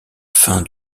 fin